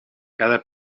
cada